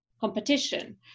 competition